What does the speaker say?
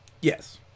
Yes